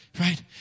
Right